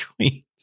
queens